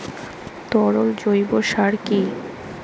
তরল জৈব সার কি?